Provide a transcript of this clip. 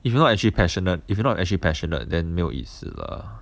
if you're not actually passionate if not actually passionate then 没有意思 lah